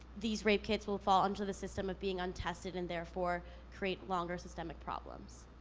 these rape kits will fall unto the system of being untested, and therefore create longer systemic problems?